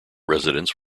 residents